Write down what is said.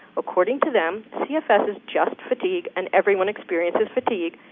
according to them, cfs is just fatigue and everyone experiences fatigue.